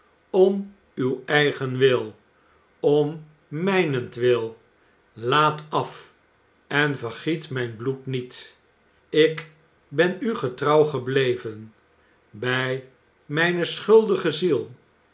om uw eigen wil om mijnentwil laat af en vergiet mijn bloed niet ik ben u getrouw gebleven bij mijne schuldige ziel